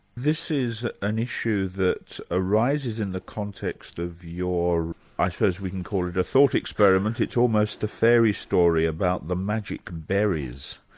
this is an issue that arises in the context of your i suppose we can call it a thought experiment, it's almost a fairy story about the magic berries.